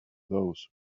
those